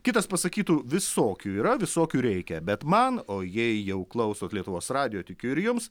kitas pasakytų visokių yra visokių reikia bet man o jei jau klausot lietuvos radijo tikiu ir jums